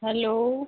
hello